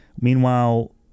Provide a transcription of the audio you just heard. Meanwhile